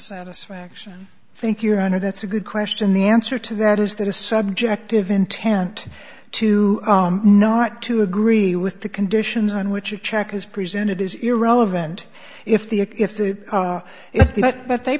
satisfaction think your honor that's a good question the answer to that is that a subjective intent to not to agree with the conditions on which a check is presented is irrelevant if the if the if the but th